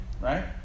right